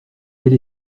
elle